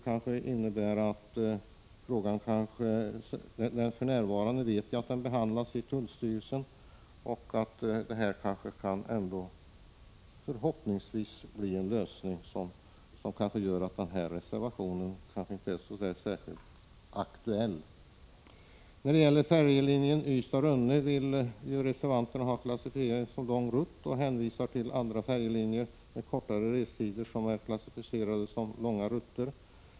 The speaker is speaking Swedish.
Jag vet att ärendet för närvarande behandlas av generaltullstyrelsen. Förhoppningsvis kan det bli en lösning som gör att reservationen inte längre är så aktuell. Färjelinjen Ystad— Rönne vill reservanterna ha klassificerad som lång rutt och hänvisar till andra färjelinjer med kortare restider som är klassificerade som långa rutter.